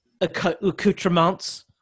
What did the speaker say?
accoutrements